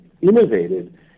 innovated